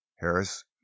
Harris